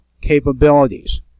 Capabilities